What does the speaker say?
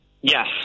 Yes